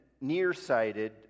nearsighted